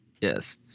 Yes